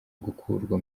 gukurwa